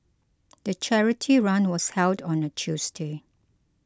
the charity run was held on a Tuesday